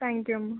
thank you అమ్మా